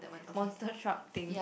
monster truck thing